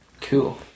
Cool